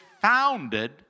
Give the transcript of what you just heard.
founded